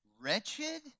wretched